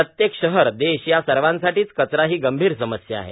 प्रत्येक शहर देश या सर्वांसाठीच कचरा ही गंभीर समस्या आहे